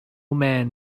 man